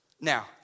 Now